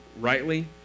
rightly